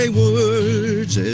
words